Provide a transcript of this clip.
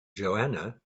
joanna